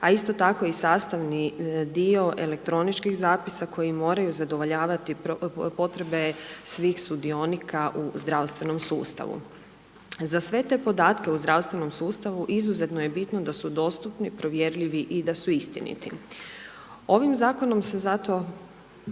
a isto tako i sastavni dio elektroničkih zapisa koji moraju zadovoljiti svih sudionika u zdravstvenom sustavu. Za sve te podatke o zdravstvenom sustavu izuzetno je bitno da su dostupni, provjerljivi i da su istiniti. Ovim zakonom se zato,